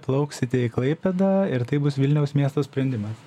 plauksite į klaipėdą ir tai bus vilniaus miesto sprendimas